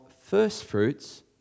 firstfruits